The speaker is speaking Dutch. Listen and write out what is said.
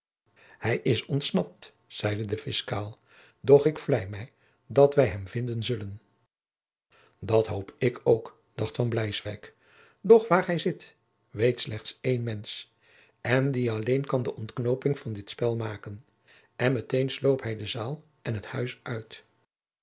hij is ontsnapt zeide de fiscaal doch ik vlei mij dat wij hem vinden zullen dat hoop ik ook dacht van bleiswyk doch waar hij zit weet slechts één mensch en die alleen kan de ontknooping van dit spel maken en meteen sloop hij de zaal en het huis uit